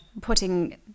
putting